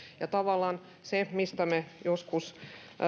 ja tavallaan se mistä me ehkä joskus